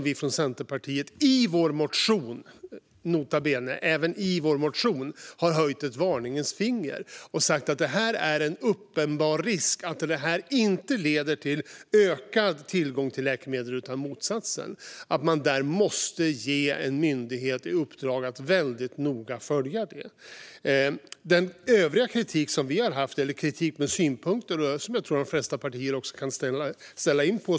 Vi från Centerpartiet har även i vår motion - nota bene - höjt ett varningens finger och sagt att det är en uppenbar risk att detta inte leder till ökad tillgång till läkemedel utan till motsatsen och att man måste ge en myndighet i uppdrag att väldigt noga följa detta. Vi har också haft andra synpunkter, som jag tror att de flesta partier kan ställa upp på.